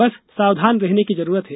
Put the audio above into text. बस सावधान रहने की जरूरत है